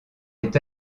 est